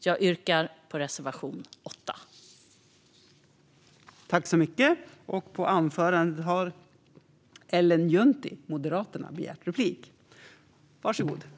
Jag yrkar bifall till reservation 8.